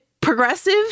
Progressive